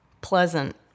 pleasant